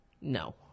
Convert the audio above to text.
No